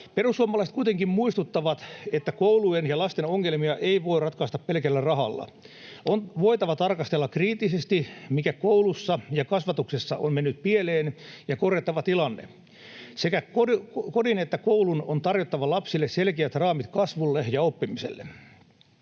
Perussuomalaiset kuitenkin muistuttavat, että koulujen ja lasten ongelmia ei voi ratkaista pelkällä rahalla. On voitava tarkastella kriittisesti, mikä kouluissa ja kasvatuksessa on mennyt pieleen, ja korjattava tilanne. Sekä kodin että koulun on tarjottava lapsille selkeät raamit kasvulle ja oppimiselle.